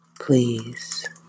Please